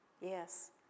Yes